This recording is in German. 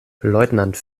leutnant